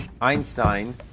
Einstein